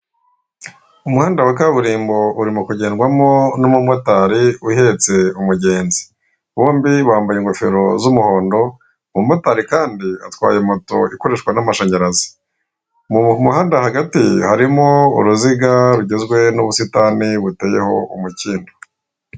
Umuhanda wa kaburimbo urimo kugendwamo n'umumotari uhetse umugenzi, bombi bambaye ingofero z'umuhondo. Umumotari kandi atwaye moto ikoreshwa n'amashanyarazi mu muhanda hagati harimo uruziga rugizwe n'ubusitani buteyeho umukindo.